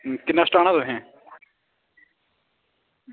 किन्ना सुट्टाना तुसें